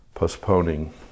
postponing